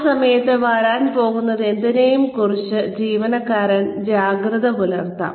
ആ സമയത്ത് വരാൻ പോകുന്നതെന്തിനെയും കുറിച്ച് ജീവനക്കാരന് ജാഗ്രത പുലർത്താം